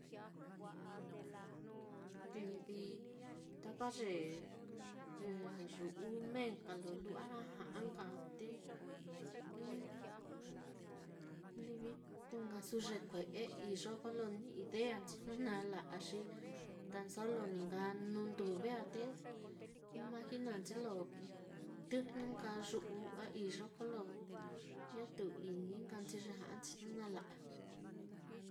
Livi ta ye yu'u mee nka lo lu'wa ja'a nka á, te livi tūū nkasu, ye kue'e iyo kolo ni ideanchi, jnu nala'a xi tan solo ni nka nuu duve á, te imagina nchi lo tɨjnɨ nka yu'u á iyo, kolo ñatu ini nka nchi, ye ja'anchi jnu nala'a